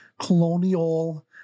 colonial